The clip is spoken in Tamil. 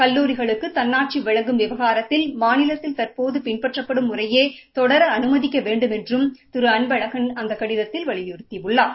கல்லூரிகளுக்கு தன்னாட்சி வழங்கும் விவகாரத்தில் மாநிலத்தில் தற்போது பின்பற்றப்படும் முறையே தொடர அனுமதிக்க வேண்டும் என்றும் திரு அன்பழகன் அந்த கடிதத்தில் வலியுறுத்தியுள்ளார்